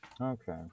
okay